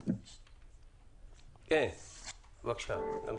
כן, בבקשה, תמשיך.